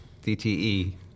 DTE